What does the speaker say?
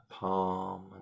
palm